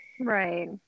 Right